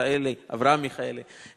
אברהם מיכאלי,